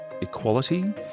equality